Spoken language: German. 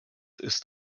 ist